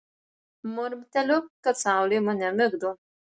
murmteliu kad saulė mane migdo